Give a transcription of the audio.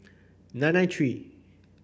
nine nine three